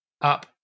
up